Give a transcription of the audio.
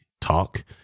talk